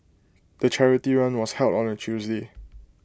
the charity run was held on A Tuesday